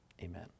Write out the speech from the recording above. Amen